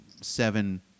seven